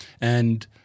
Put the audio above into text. And-